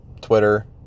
Twitter